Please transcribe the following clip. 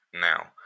now